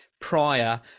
prior